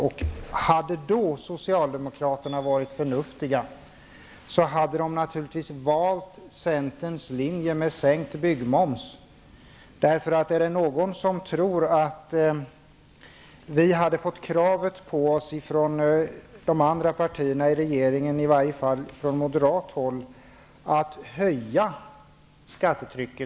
Om socialdemokraterna då hade varit förnuftiga skulle de naturligtvis ha valt centerns linje som innebär sänkt byggmoms. Är det någon som tror att vi hade fått kravet på oss från något eller några av de andra partierna i regeringen, t.ex. från moderaterna, att höja skattetrycket?